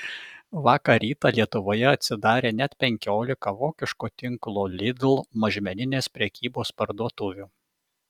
vakar rytą lietuvoje atsidarė net penkiolika vokiško tinklo lidl mažmeninės prekybos parduotuvių